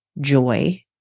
joy